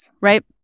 right